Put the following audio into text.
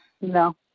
No